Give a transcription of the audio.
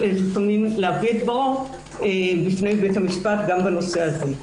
להביא את דברו בפני בית המשפט גם בנושא הזה.